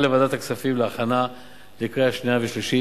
לוועדת הכספים להכנה לקריאה שנייה ושלישית.